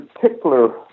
particular